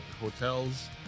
Hotels